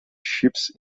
ships